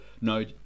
no